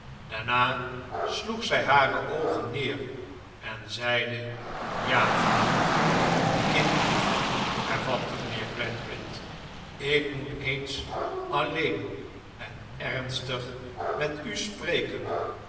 daarna sloeg zij hare oogen neer en zeide ja vader kindlief hervatte mijnheer gradgrind ik moet eens alleen en ernstig met u spreken